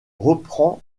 reprend